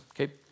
Okay